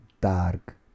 dark